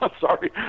sorry